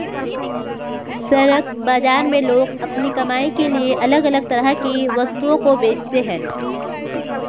सड़क बाजार में लोग अपनी कमाई के लिए अलग अलग तरह की वस्तुओं को बेचते है